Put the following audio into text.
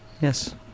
Yes